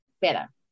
better